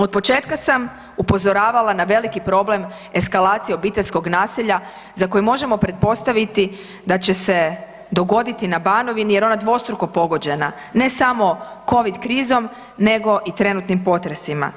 Otpočetka sam upozoravala na veliki broj eskalacije obiteljskog nasilja za koji možemo pretpostaviti da će se dogoditi na Banovini jer je ona dvostruko pogođena ne samo COVID krizom nego i trenutnim potresima.